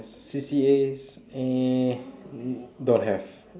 C_C_As eh don't have